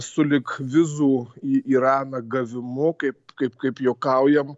sulig vizų į iraną gavimu kaip kaip kaip juokaujam